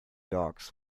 dogs